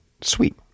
sweet